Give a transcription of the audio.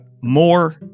more